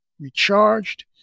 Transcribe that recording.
recharged